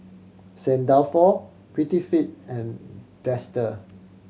Saint Dalfour Prettyfit and Dester